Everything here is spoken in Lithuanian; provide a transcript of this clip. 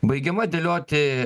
baigiama dėlioti